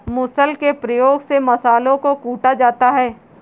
मुसल के प्रयोग से मसालों को कूटा जाता है